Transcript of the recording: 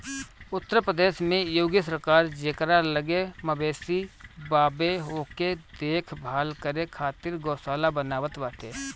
उत्तर प्रदेश के योगी सरकार जेकरा लगे मवेशी बावे ओके देख भाल करे खातिर गौशाला बनवावत बाटे